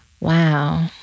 wow